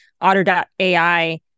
Otter.ai